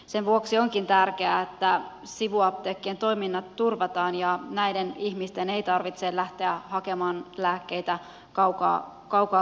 sen vuoksi onkin tärkeää että sivuapteekkien toiminnat turvataan ja näiden ihmisten ei tarvitse lähteä hakemaan lääkkeitä kaukaa kodistaan